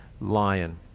lion